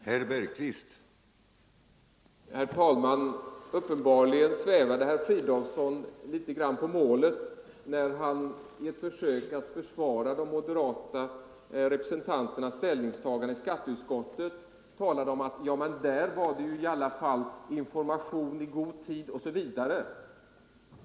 Herr talman! Uppenbarligen svävade herr Fridolfsson på målet när han i ett försök att försvara de moderata representanternas ställningstagande i skatteutskottet talade om att det i det fallet gavs information i rätt tid, osv.